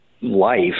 life